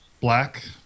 black